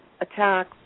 attack